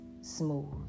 smooth